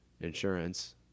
Insurance